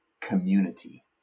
community